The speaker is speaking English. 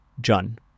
Jun